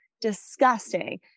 disgusting